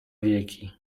wieki